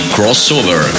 Crossover